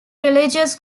religious